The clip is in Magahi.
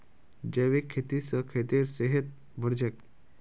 जैविक खेती स खेतेर सेहत बढ़छेक